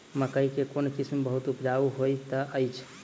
मकई केँ कोण किसिम बहुत उपजाउ होए तऽ अछि?